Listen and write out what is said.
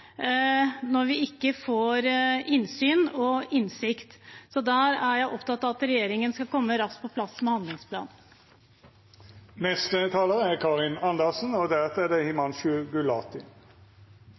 når vi ikke får innsyn og innsikt. Der er jeg opptatt av at regjeringen skal komme raskt på plass med en handlingsplan. Da stortingsflertallet stemte ned å likestille menneskerettighetene til mennesker med funksjonsnedsettelse med våre andre menneskerettigheter, viste det